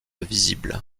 visible